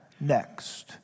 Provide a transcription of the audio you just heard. Next